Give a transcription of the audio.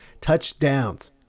touchdowns